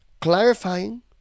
clarifying